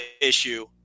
issue